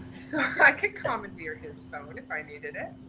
so i could comment via his phone if i needed it,